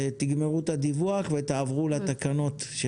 תסיימו את הדיווח ותעברו לתקנות.